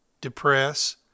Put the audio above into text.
Depress